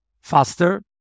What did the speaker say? faster